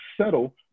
settle